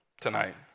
tonight